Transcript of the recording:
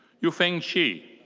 yufeng shi.